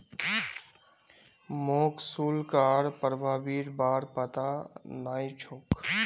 मोक शुल्क आर प्रभावीर बार पता नइ छोक